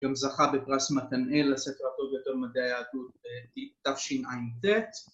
‫גם זכה בפרס מתנאל ‫לספר הטוב ביותר במדעי היהדות, תשעט.